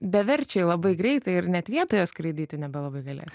beverčiai labai greitai ir net vietoje skraidyti nebelabai galės